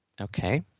Okay